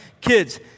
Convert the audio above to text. Kids